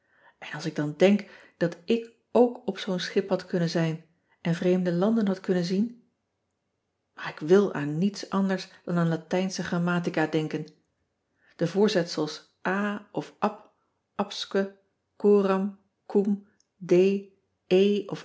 n als ik dan denk dat ik ook op zoo n schip had kunnen zijn en vreemde landen had kunnen zien aar ik wil aan niets anders dan aan atijnsche grammatica denken ean ebster adertje angbeen e voorzetsels a of